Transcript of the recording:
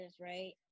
right